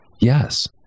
yes